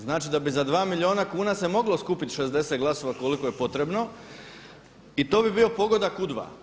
Znači da bi za dva milijuna kuna se moglo skupiti 60 glasova koliko je potrebno i to bi bio pogodak u dva.